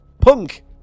punk